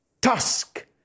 tusk